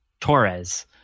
Torres